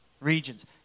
regions